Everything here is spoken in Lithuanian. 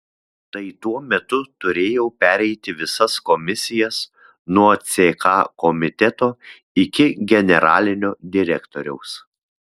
tai tuo metu turėjau pereiti visas komisijas nuo ck komiteto iki generalinio direktoriaus